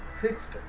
fixed